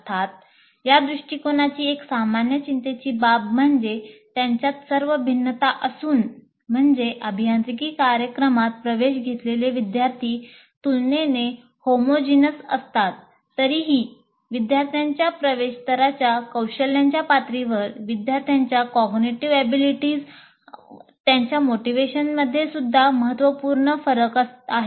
अर्थात या दृष्टिकोनाची एक सामान्य चिंतेची बाब म्हणजे त्यांच्यात सर्व भिन्नता असून म्हणजे अभियांत्रिकी कार्यक्रमात प्रवेश घेतलेले विद्यार्थी तुलनेने होमोजिनस महत्त्वपूर्ण फरक आहेत